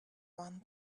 one